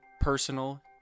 personal